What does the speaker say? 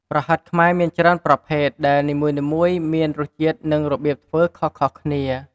ប្រហិតខ្មែរមានច្រើនប្រភេទ ដែលនីមួយៗមានរសជាតិ និងរបៀបធ្វើខុសៗគ្នា។